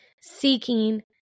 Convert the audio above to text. seeking